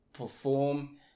perform